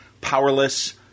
Powerless